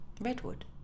Redwood